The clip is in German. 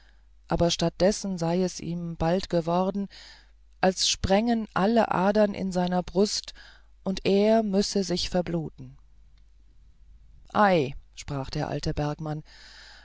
aber statt dessen sei es ihm bald geworden als sprängen alle adern in seiner brust und er müsse sich verbluten ei sprach der alte bergmann